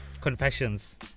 Confessions